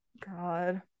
god